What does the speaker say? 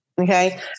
Okay